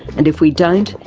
and if we don't,